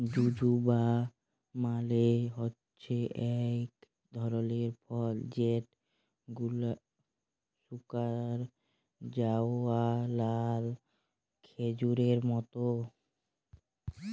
জুজুবা মালে হছে ইক ধরলের ফল যেট শুকাঁয় যাউয়া লাল খেজুরের মত